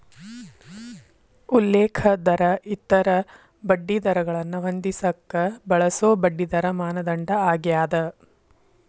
ಉಲ್ಲೇಖ ದರ ಇತರ ಬಡ್ಡಿದರಗಳನ್ನ ಹೊಂದಿಸಕ ಬಳಸೊ ಬಡ್ಡಿದರ ಮಾನದಂಡ ಆಗ್ಯಾದ